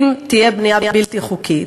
אם תהיה בנייה בלתי חוקית,